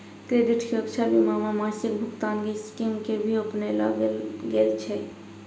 credit सुरक्षा बीमा मे मासिक भुगतान के स्कीम के भी अपनैलो गेल छै